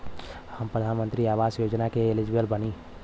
हम प्रधानमंत्री आवास योजना के लिए एलिजिबल बनी?